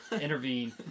intervene